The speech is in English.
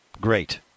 Great